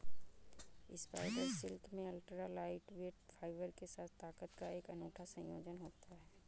spider silk में ultra lightweight fibre के साथ ताकत का एक अनूठा संयोजन होता है